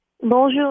Bonjour